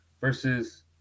versus